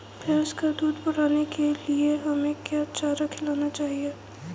भैंस का दूध बढ़ाने के लिए हमें क्या चारा खिलाना चाहिए?